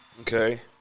Okay